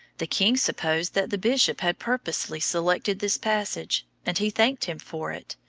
the king supposed that the bishop had purposely selected this passage, and he thanked him for it,